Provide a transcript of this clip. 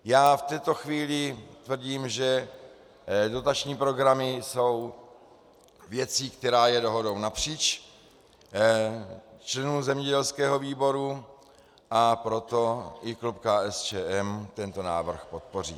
Já v této chvíli tvrdím, že dotační programy jsou věcí, která je dohodou napříč členů zemědělského výboru, a proto i klub KSČM tento návrh podpoří.